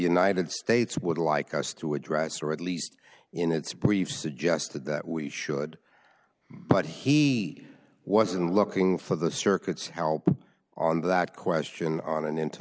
united states would like us to address or at least in its brief suggested that we should but he wasn't looking for the circuit's help on that question on an